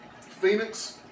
Phoenix